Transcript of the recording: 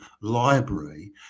library